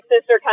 sister